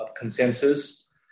consensus